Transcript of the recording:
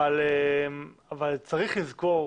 אבל צריך לזכור